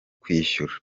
kwishyura